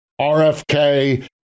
RFK